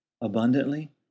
abundantly